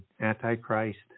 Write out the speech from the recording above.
Antichrist